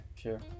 sure